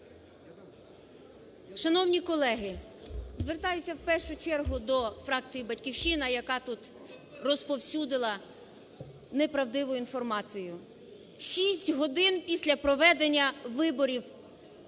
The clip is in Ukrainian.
Шановні колеги! Звертаюся в першу чергу до фракції "Батьківщина", яка тут розповсюдила неправдиву інформацію. Шість годин після проведення виборів,